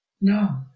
No